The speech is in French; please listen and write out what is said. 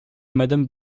madame